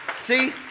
See